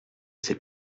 ces